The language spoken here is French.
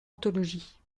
anthologie